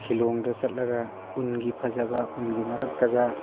ꯁꯤꯂꯣꯡꯗ ꯆꯠꯂꯒ ꯎꯟꯒꯤ ꯐꯖꯕ ꯎꯟꯒꯤ ꯃꯔꯛꯇꯒ